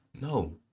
No